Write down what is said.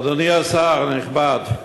אדוני השר הנכבד,